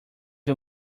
you